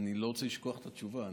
אני לא רוצה לשכוח את התשובה.